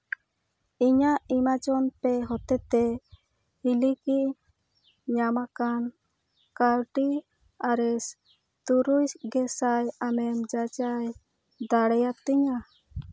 ᱤᱧᱟᱹᱜ ᱮᱢᱟᱡᱚᱱ ᱯᱮ ᱦᱚᱛᱮᱛᱮ ᱦᱟᱹᱞᱤᱜᱮ ᱧᱟᱢ ᱟᱠᱟᱱ ᱠᱟᱹᱣᱰᱤ ᱟᱨᱮᱥ ᱛᱩᱨᱩᱭ ᱜᱮᱥᱟᱭ ᱟᱢᱮᱢ ᱡᱟᱪᱟᱭ ᱫᱟᱲᱮᱭᱟᱛᱤᱧᱟ